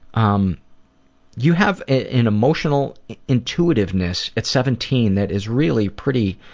um you have an emotional intuitiveness at seventeen that is really pretty,